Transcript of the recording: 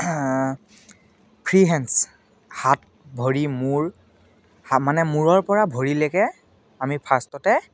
free hands হাত ভৰি মূৰ মানে হা মানে মূৰৰ পৰা ভৰিলৈকে আমি ফাষ্টতে